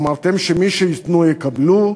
אמרתם שמי שייתנו יקבלו,